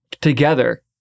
together